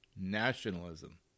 nationalism